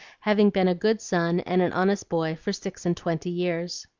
having been a good son and an honest boy for six-and-twenty years.